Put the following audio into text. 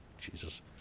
Jesus